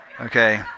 Okay